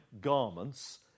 garments